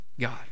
God